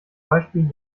beispiel